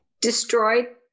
Destroyed